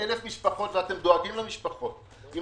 שאלף משפחות ואתם דואגים למשפחות אם